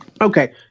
Okay